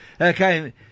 Okay